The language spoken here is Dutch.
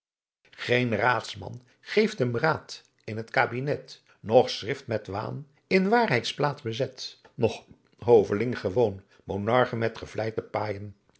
geen raadsman geeft hem raad in t kabinet noch schrift met waan in waarheids plaats bezet noch hoveling gewoon monarchen met gevlei te paaijen